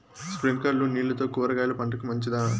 స్ప్రింక్లర్లు నీళ్లతో కూరగాయల పంటకు మంచిదా?